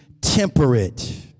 temperate